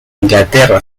inglaterra